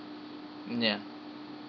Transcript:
mm ya